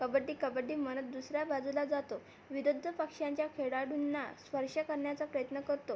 कबड्डी कबड्डी म्हणत दुसऱ्या बाजूला जातो विरुद्ध पक्षांच्या खेळाडूंना स्पर्श करण्याचा प्रयत्न करतो